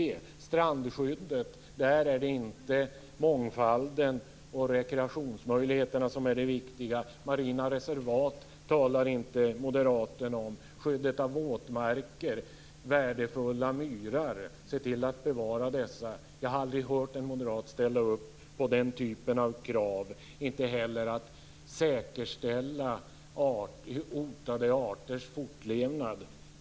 I fråga om strandskyddet är det inte mångfalden och rekreationsmöjligheterna som är viktiga. Marina reservat talar inte Moderaterna om. När det gäller skyddet av våtmarker, att se till att bevara värdefulla myrar, har jag aldrig hört en moderat ställa upp på den typen av krav, och inte heller när det gäller att säkerställa hotade arters fortlevnad.